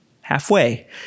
halfway